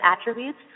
attributes